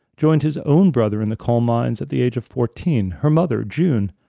joined his own brother in the coal miners at the age of fourteen. her mother, june,